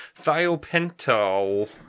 thiopental